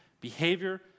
behavior